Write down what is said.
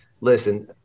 listen